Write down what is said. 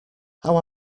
how